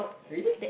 really